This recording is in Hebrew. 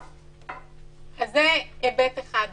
אז זה היבט אחד.